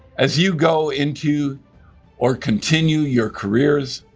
as you go into or continue your careers,